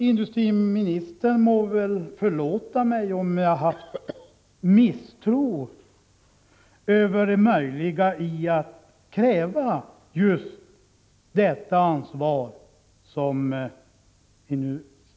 Industriministern må väl förlåta mig om jag hyst misstro över det möjliga i att utkräva just detta ansvar.